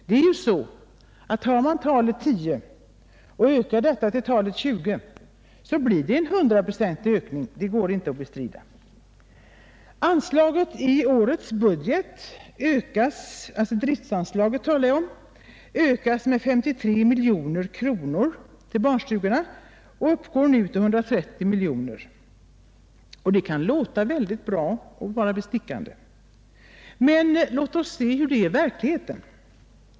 Det är ju så att om man har talet 10 och ökar detta till 20, blir det en hundraprocentig ökning — det går inte att bestrida. I årets budget ökas driftsanslaget till barnstugorna med 53 miljoner kronor och uppgår nu till 130 miljoner. Det kan låta bra och bestickande. Men låt oss se hur det är i verkligheten.